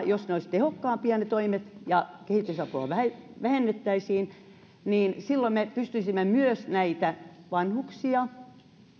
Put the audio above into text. jos ne toimet olisivat tehokkaampia ja kehitysapua vähennettäisiin meillä olisi rahaa ja me pystyisimme myös vanhuksia